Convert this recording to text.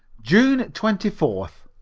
june twenty fourth.